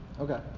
Okay